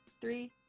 Three